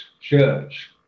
church